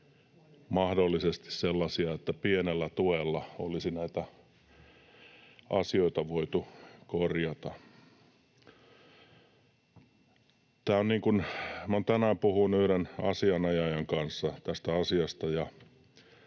mahdollisesti sellaisia, että pienellä tuella olisi näitä asioita voitu korjata. Olen tänään puhunut yhden asianajajan kanssa tästä asiasta,